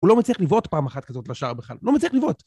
הוא לא מצליח לבעוט עוד פעם אחת כזאת לשער בכלל, הוא לא מצליח לבעוט.